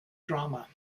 drama